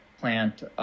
plant